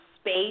space